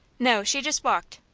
no she just walked.